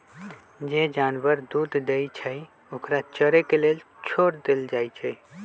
जे जानवर दूध देई छई ओकरा चरे के लेल छोर देल जाई छई